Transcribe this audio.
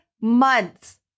months